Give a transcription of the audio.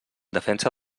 defensa